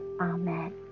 Amen